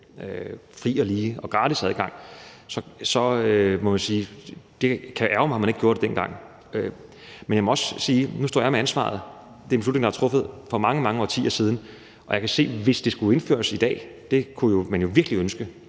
fri og lige og gratis adgang. Jeg må sige, at det kan ærgre mig, at man ikke gjorde det dengang. Men jeg må også sige, at jeg står med ansvaret nu. Det er en beslutning, der er truffet for mange, mange årtier siden. Og jeg kan se, at det, hvis det skulle indføres i dag – det kunne man jo virkelig ønske,